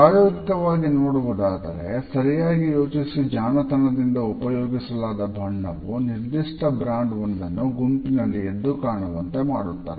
ಪ್ರಾಯೋಗಿಕವಾಗಿ ನೋಡುವುದಾದರೆ ಸರಿಯಾಗಿ ಯೋಚಿಸಿ ಜಾಣತನದಿಂದ ಉಪಯೋಗಿಸಲಾದ ಬಣ್ಣವು ನಿರ್ದಿಷ್ಟ ಬ್ರಾಂಡ್ ಒಂದನ್ನು ಗುಂಪಿನಲ್ಲಿ ಎದ್ದುಕಾಣುವಂತೆ ಮಾಡುತ್ತದೆ